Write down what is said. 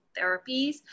therapies